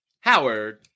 Howard